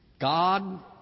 God